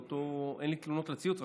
אין לי תלונות לציוץ,